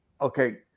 Okay